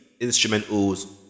instrumentals